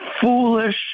foolish